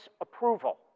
approval